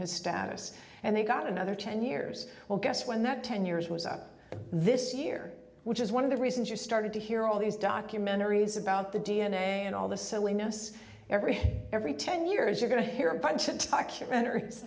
his status and they got another ten years well guess when that ten years was up this year which is one of the reasons you started to hear all these documentaries about the d n a and all the silly notice every day every ten years you're going to hear a bunch of documentar